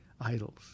idols